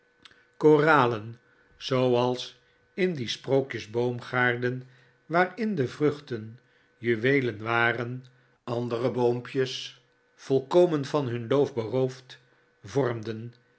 koralen zooals in die sprookjes boomgaarden waarin de vruchten juweelen waren andere boompjes volkomen van hun loof beroofd vormden